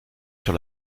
sur